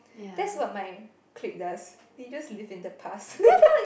that's what my clique does we just live in the past